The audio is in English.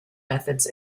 methods